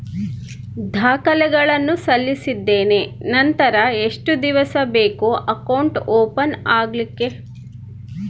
ದಾಖಲೆಗಳನ್ನು ಸಲ್ಲಿಸಿದ್ದೇನೆ ನಂತರ ಎಷ್ಟು ದಿವಸ ಬೇಕು ಅಕೌಂಟ್ ಓಪನ್ ಆಗಲಿಕ್ಕೆ?